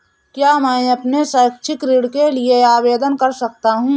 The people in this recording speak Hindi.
क्या मैं अपने शैक्षिक ऋण के लिए आवेदन कर सकता हूँ?